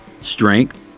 strength